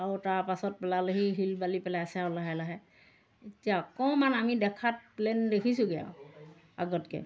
আৰু তাৰ পাছত পেলালেহি শিল বালি পেলাই আছে আৰু লাহে লাহে এতিয়া অকণমান আমি দেখাত প্লেইন দেখিছোঁগৈ আৰু আগতকৈ